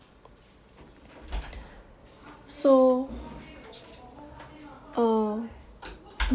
so uh